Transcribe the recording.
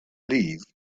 leave